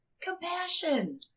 compassion